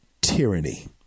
tyranny